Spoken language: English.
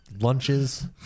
Lunches